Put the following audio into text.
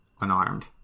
unarmed